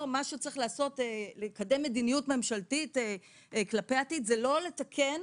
לקדם מדיניות ממשלתית כלפי העתיד זה לא לתקן